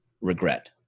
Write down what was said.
regret